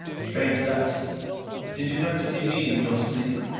strange that did you never see me in your sleep?